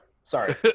sorry